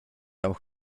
auch